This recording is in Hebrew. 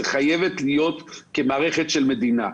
זו חייבת להיות כמערכת של מדינה.